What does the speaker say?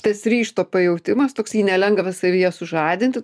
tas ryžto pajautimas toks jį nelengva savyje sužadinti